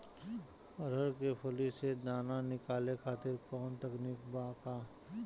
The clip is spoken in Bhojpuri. अरहर के फली से दाना निकाले खातिर कवन तकनीक बा का?